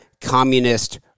communist